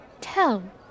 tell